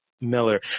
Miller